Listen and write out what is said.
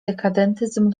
dekadentyzm